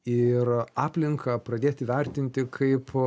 ir aplinką pradėti vertinti kaip